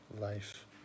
life